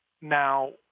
Now